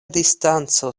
distanco